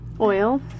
Oil